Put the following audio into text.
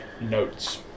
notes